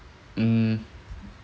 mm